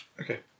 Okay